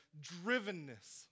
drivenness